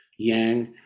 Yang